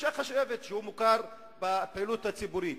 ושיח' השבט, שהוא מוכר בפעילות הציבורית.